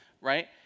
right